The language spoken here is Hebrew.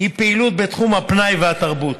היא פעילות בתחום הפנאי והתרבות.